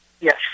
Yes